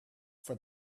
for